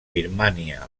birmània